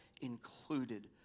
included